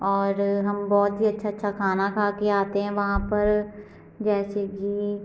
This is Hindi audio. और हम बहुत ही अच्छा अच्छा खाना खा के आते हैं वहाँ पर जैसे कि